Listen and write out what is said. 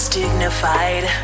dignified